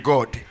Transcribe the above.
God